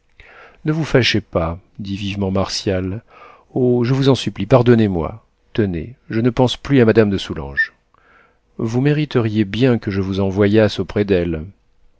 ne vous fâchez pas dit vivement martial oh je vous en supplie pardonnez-moi tenez je ne pense plus à madame de soulanges vous mériteriez bien que je vous envoyasse auprès d'elle